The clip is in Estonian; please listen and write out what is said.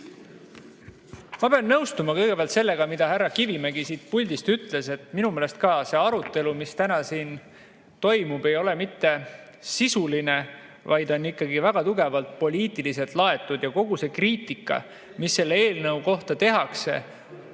Ma pean nõustuma kõigepealt sellega, mida härra Kivimägi siit puldist ütles. Minu meelest ka see arutelu, mis täna siin toimub, ei ole mitte sisuline, vaid on ikkagi väga tugevalt poliitiliselt laetud. Ja kogu see kriitika, mis selle eelnõu kohta tehakse,